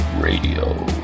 Radio